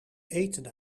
eten